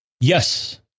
Yes